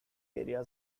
area